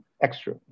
extra